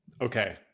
Okay